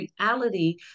reality